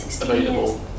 available